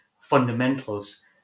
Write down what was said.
fundamentals